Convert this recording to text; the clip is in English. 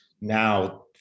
now